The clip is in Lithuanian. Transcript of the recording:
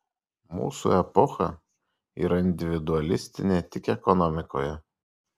mūsų epocha yra individualistinė tik ekonomikoje